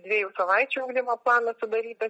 dviejų savaičių ugdymo planą sudarytą